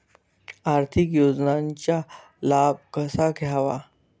आर्थिक योजनांचा लाभ कसा घ्यावा?